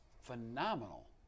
phenomenal